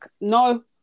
No